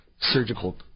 surgical